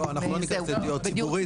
לא, אנחנו לא ניכנס לדיור ציבורי.